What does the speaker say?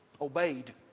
obeyed